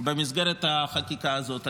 במסגרת החקיקה הזאת.